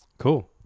cool